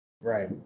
right